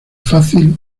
fácil